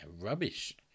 rubbish